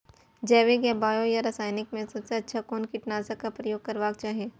जैविक या बायो या रासायनिक में सबसँ अच्छा कोन कीटनाशक क प्रयोग करबाक चाही?